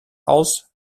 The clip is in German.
aus